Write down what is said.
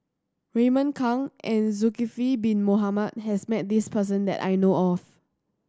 Raymond Kang and Zulkifli Bin Mohamed has met this person that I know of